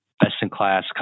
best-in-class